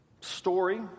story